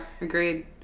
agreed